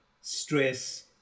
stress